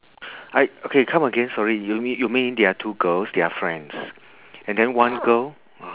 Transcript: I okay come again sorry you mean you mean there are two girls they are friends and then one girl